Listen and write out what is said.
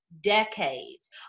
decades